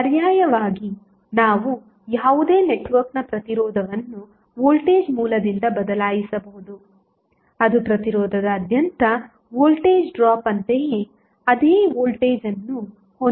ಆದ್ದರಿಂದ ಪರ್ಯಾಯವಾಗಿ ನಾವು ಯಾವುದೇ ನೆಟ್ವರ್ಕ್ನ ಪ್ರತಿರೋಧವನ್ನು ವೋಲ್ಟೇಜ್ ಮೂಲದಿಂದ ಬದಲಾಯಿಸಬಹುದು ಅದು ಪ್ರತಿರೋಧದಾದ್ಯಂತ ವೋಲ್ಟೇಜ್ ಡ್ರಾಪ್ ಅಂತೆಯೇ ಅದೇ ವೋಲ್ಟೇಜ್ ಅನ್ನು ಹೊಂದಿರುತ್ತದೆ